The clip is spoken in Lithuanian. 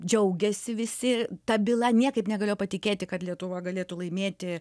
džiaugėsi visi ta byla niekaip negalėjo patikėti kad lietuva galėtų laimėti